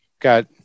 Got